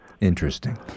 Interesting